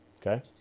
okay